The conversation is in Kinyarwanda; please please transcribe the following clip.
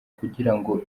kugirango